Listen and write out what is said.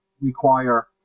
require